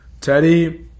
Teddy